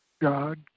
God